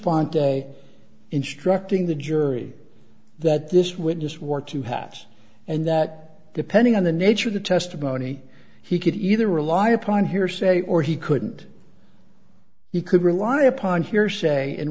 sponsor instructing the jury that this witness war two halfs and that depending on the nature of the testimony he could either rely upon hearsay or he couldn't you could rely upon hearsay and